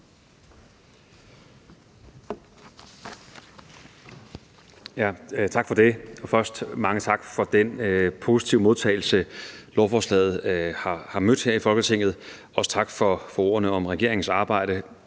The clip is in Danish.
Tak for det, og først mange tak for den positive modtagelse, lovforslaget har mødt her i Folketinget, og også tak for ordene om regeringens arbejde.